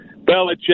Belichick